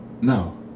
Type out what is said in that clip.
No